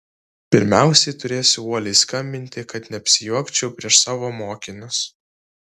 pirmiausiai turėsiu uoliai skambinti kad neapsijuokčiau prieš savo mokinius